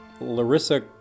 Larissa